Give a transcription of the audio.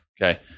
Okay